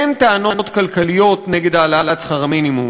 אין טענות כלכליות נגד העלאת שכר המינימום.